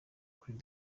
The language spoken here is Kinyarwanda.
kuri